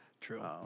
True